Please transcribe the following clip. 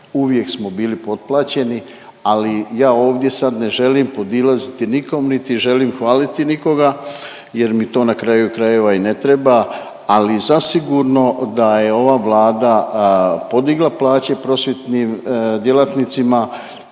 uvijek smo bili potplaćeni, ali ja ovdje sad ne želim podilaziti nikom, niti želim hvaliti nikoga jer mi to na kraju krajeva i ne treba, ali zasigurno da je ova Vlada podigla plaće prosvjetnim djelatnicima